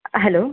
hello